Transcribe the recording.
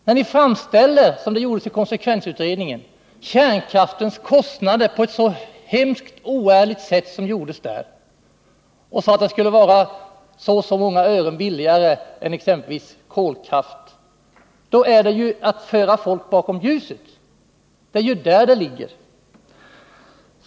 När ni framställer kärnkraftens kostnader på ett så oärligt sätt som gjordes i konsekvensutredningen, där det hävdades att kärnkraften skulle bli så och så många öre billigare per kilowattimme än exempelvis kolkraft, är det att föra folk bakom ljuset.